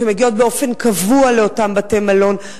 שמגיעות באופן קבוע לאותם בתי-מלון.